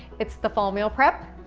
it's the fall meal prep.